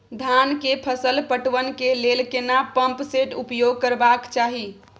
धान के फसल पटवन के लेल केना पंप सेट उपयोग करबाक चाही?